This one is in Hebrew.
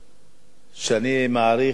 שאני מעריך ומוקיר,